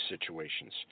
situations